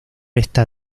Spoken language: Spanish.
está